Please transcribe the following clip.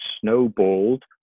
snowballed